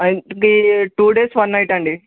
ఇంతకీ two days one night అండి